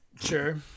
Sure